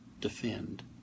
defend